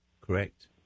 correct